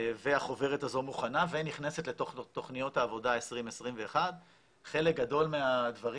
והחוברת הזו מוכנה ונכנסת לתוך תוכניות העבודה 2021. חלק גדול מהדברים